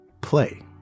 Play